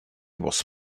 was